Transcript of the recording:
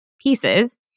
pieces